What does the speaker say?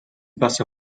passa